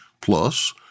Plus